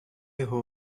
його